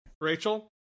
rachel